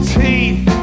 teeth